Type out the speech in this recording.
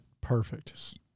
perfect